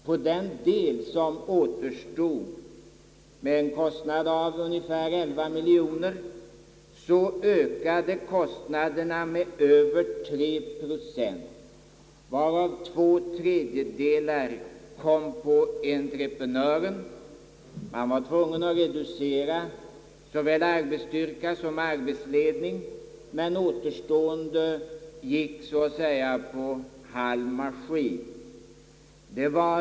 För den del av projektet som återstod — den belöpte sig till ungefär 11 miljoner kronor — ökade kostnaderna med över tre procent, varav två tredjedelar kom på entreprenören. Han var tvungen att reducera såväl arbetsstyrka som arbetsledning, och den återstående personalen gick så att säga för halv maskin.